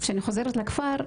שאני חוזרת לכפר,